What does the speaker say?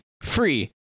free